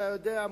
אתה יודע,